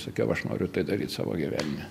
sakiau aš noriu tai daryt savo gyvenime